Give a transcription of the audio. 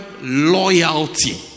loyalty